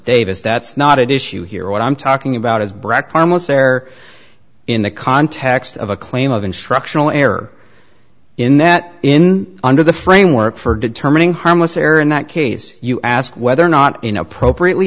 davis that's not at issue here what i'm talking about is brett commissaire in the context of a claim of instructional error in that in under the framework for determining harmless error in that case you asked whether or not in appropriately